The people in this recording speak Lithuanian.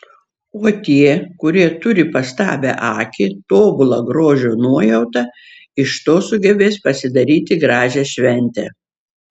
o tie kurie turi pastabią akį tobulą grožio nuojautą iš to sugebės pasidaryti gražią šventę